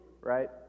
right